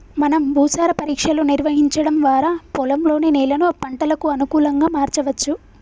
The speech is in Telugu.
మనం భూసార పరీక్షలు నిర్వహించడం వారా పొలంలోని నేలను పంటలకు అనుకులంగా మార్చవచ్చు